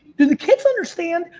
do the kids understand,